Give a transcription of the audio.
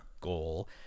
Goal